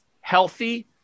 healthy